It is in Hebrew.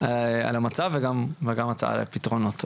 על המצב וגם הצעה לפתרונות,